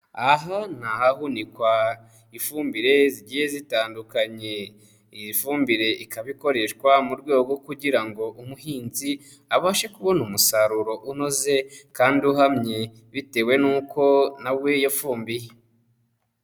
Aha ni ahahunikwa ifumbire zigiye zitandukanye. Iyi fumbire ikaba ikoreshwa mu rwego rwo kugira ngo umuhinzi abashe kubona umusaruro unoze kandi uhamye, bitewe n'uko na we yafumbiye.